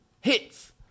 Hits